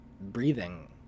breathing